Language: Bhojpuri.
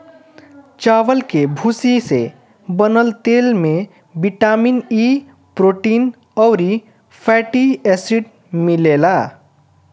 चावल के भूसी से बनल तेल में बिटामिन इ, प्रोटीन अउरी फैटी एसिड मिलेला